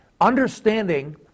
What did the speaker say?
understanding